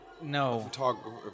No